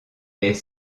est